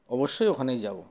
অবশ্যই ওখানেই যাব